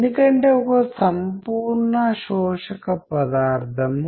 లేదా ఆశ్చర్యకరమైన అవగాహన లేదా అద్భుతమైన అవగాహన